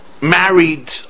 married